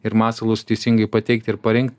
ir masalus teisingai pateikt ir parinkt